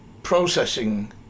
processing